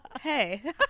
hey